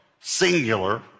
singular